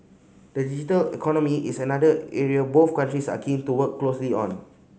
the digital economy is another area both countries are keen to work closely on